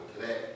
today